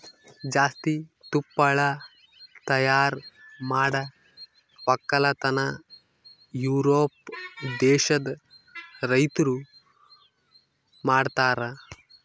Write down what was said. ಜಾಸ್ತಿ ತುಪ್ಪಳ ತೈಯಾರ್ ಮಾಡ್ ಒಕ್ಕಲತನ ಯೂರೋಪ್ ದೇಶದ್ ರೈತುರ್ ಮಾಡ್ತಾರ